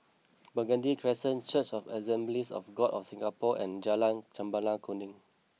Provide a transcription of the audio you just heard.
Burgundy Crescent Church of Assemblies of God of Singapore and Jalan Chempaka Kuning